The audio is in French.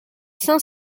cinq